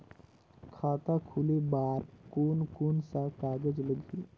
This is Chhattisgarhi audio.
खाता खुले बार कोन कोन सा कागज़ लगही?